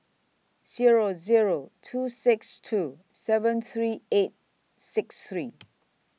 Zero Zero two six two seven three eight six three